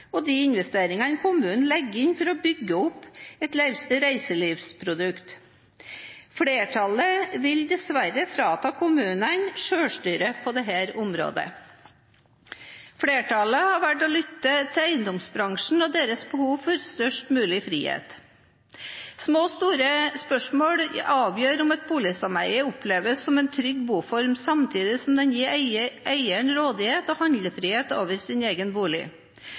og de investeringer kommunene legger inn for å bygge opp et reiselivsprodukt. Flertallet vil dessverre frata kommunene selvstyre på dette området. Flertallet har her valgt å lytte til eiendomsbransjen og dens behov for største mulig frihet. Små og store spørsmål avgjør om et boligsameie oppleves som en trygg boform, samtidig som et boligsameie gir eieren rådighet og handlefrihet over egen bolig.